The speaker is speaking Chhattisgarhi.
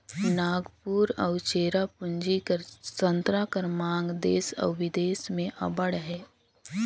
नांगपुर अउ चेरापूंजी कर संतरा कर मांग देस अउ बिदेस में अब्बड़ अहे